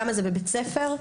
כמה זה בבית ספר,